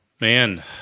Man